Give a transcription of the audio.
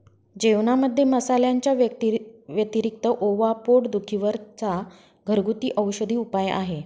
जेवणामध्ये मसाल्यांच्या व्यतिरिक्त ओवा पोट दुखी वर चा घरगुती औषधी उपाय आहे